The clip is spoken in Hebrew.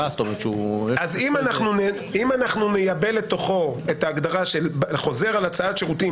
אם אנחנו נייבא לתוכו את ההגדרה של חוזר על הצעת שירותים